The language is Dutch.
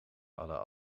hadden